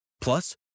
Plus